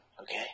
okay